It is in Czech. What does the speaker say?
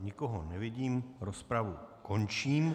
Nikoho nevidím, rozpravu končím.